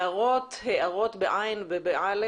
הערות והארות, ב-ע' וב-א',